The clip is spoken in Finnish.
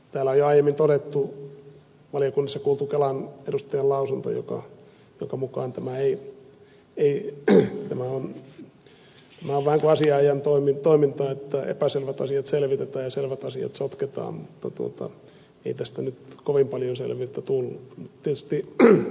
täällä on jo aiemmin todettu valiokunnassa kuultu kelan edustajan lausunto jonka mukaan tämä on vähän kuin asianajajien toimintaa että epäselvät asiat selvitetään ja selvät asiat sotketaan mutta ei tästä nyt kovin paljon selvyyttä tullut